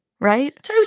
Right